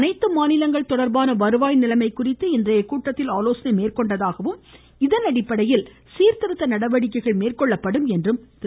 அனைத்து மாநிலங்கள் தொடர்பான வருவாய் நிலைமை குறித்து இன்றைய கூட்டத்தில் ஆலோசனை மேற்கொண்டதாகவும் இதன் அடிப்படையில் சீர்திருத்த நடவடிக்கைகள் மேற்கொள்ளப்படும் என்றும் திரு